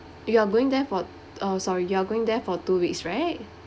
you are going there for uh sorry you're going there for two weeks right